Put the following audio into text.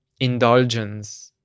indulgence